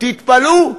תתפלאו,